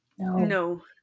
No